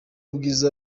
bwiza